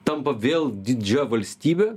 tampa vėl didžia valstybe